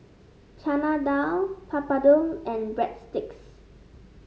Chana Dal Papadum and Breadsticks